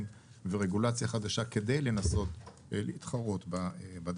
ורגולציה חדשה כדי לנסות להתחרות בדבר.